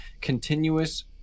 continuous